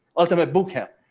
ultimate boot camp,